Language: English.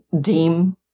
deem